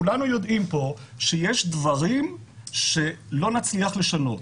כולנו יודעים פה שיש דברים שלא נצליח לשנות.